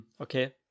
okay